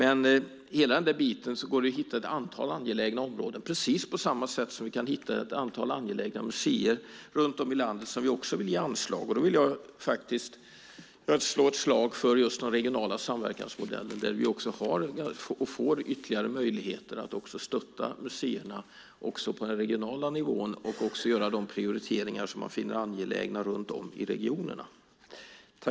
I hela den biten går det att hitta ett antal angelägna områden, precis på samma sätt som vi kan hitta ett antal angelägna museer runt om i landet som vi också vill ge anslag. Då vill jag slå ett slag för den regionala samverkansmodellen, där vi får ytterligare möjligheter att stötta museerna på den regionala nivån och göra de prioriteringar som man finner angelägna runt om i regionerna.